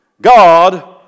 God